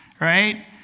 right